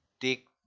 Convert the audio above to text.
take